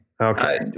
Okay